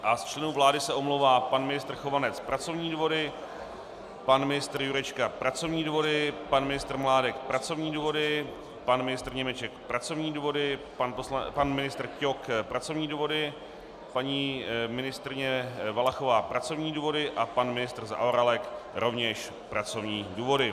Z členů vlády se omlouvá pan ministr Chovanec pracovní důvody, pan ministr Jurečka pracovní důvody, pan ministr Mládek pracovní důvody, pan ministr Němeček pracovní důvody, pan ministr Ťok pracovní důvody, paní ministryně Valachová pracovní důvody a pan ministr Zaorálek rovněž pracovní důvody.